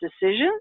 decisions